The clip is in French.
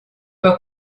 pas